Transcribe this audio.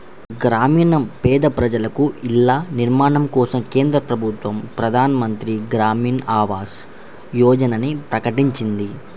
గ్రామీణ పేద ప్రజలకు ఇళ్ల నిర్మాణం కోసం కేంద్ర ప్రభుత్వం ప్రధాన్ మంత్రి గ్రామీన్ ఆవాస్ యోజనని ప్రకటించింది